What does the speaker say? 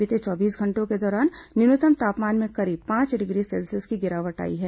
बीते चौबीस घंटों के दौरान न्यूनतम तापमान में करीब पांच डिग्री सेल्सियस की गिरावट आई है